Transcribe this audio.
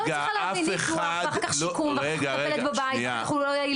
לא, רגע, אף אחד --- עולה יותר.